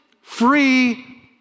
free